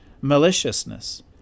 maliciousness